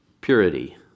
Purity